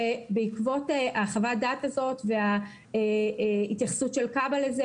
ובעקבות חוות הדעת הזאת וההתייחסות של כב"א לזה,